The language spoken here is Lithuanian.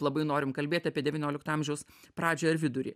labai norim kalbėti apie devyniolikto amžiaus pradžią ir vidurį